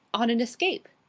on an escape!